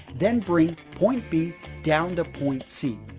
then bring point b down to point c.